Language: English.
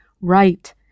Right